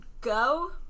go